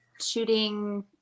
shooting